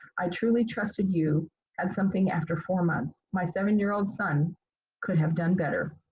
i truly trusted you had something after four months. my seven year old son could have done better.